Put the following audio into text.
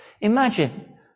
Imagine